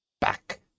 back